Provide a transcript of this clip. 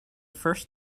first